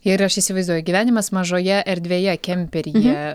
jei aš ir įsivaizduoju gyvenimas mažoje erdvėje kemperyje